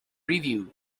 review